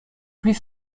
plus